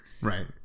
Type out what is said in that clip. right